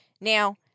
Now